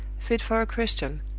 fit for a christian!